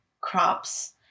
crops